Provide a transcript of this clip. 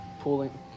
pulling